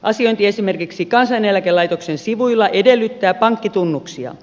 asiointi esimerkiksi kansaneläkelaitoksen sivuilla edellyttää pankkitunnuksia